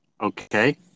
Okay